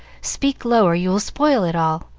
speak low, or you will spoil it all.